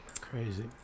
Crazy